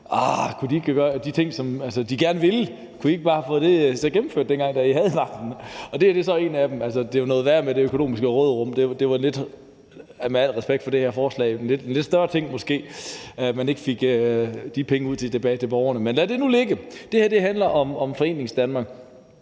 kunne de ikke bare have gennemført de ting, de gerne vil, dengang de havde magten? Det her er så en af tingene. Det er jo noget værre med det økonomiske råderum. Det var, med al respekt for det her forslag, en lidt større ting, at man ikke fik de penge ud og tilbage til borgerne. Men lad nu det ligge. Det her forslag handler om Foreningsdanmark,